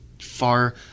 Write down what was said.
far